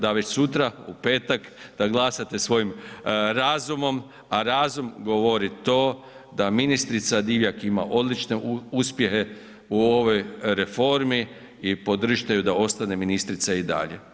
Da već sutra u petak da glasate svojim razumom, a razum govori to da ministrica Divjak ima odlične uspjehe u ovoj reformi i podržite ju da ostane ministrica i dalje.